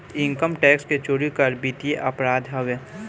income tax के चोरी कईल वित्तीय अपराध हवे